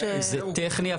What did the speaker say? זה טכני.